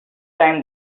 time